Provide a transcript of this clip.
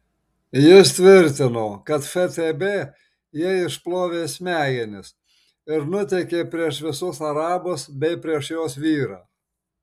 jis tvirtino kad ftb jai išplovė smegenis ir nuteikė prieš visus arabus bei prieš jos vyrą